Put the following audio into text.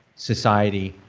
society.